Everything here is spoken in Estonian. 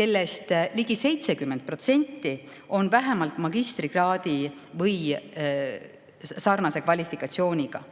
kellest ligi 70% on vähemalt magistrikraadiga või sarnase kvalifikatsiooniga.